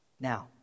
Now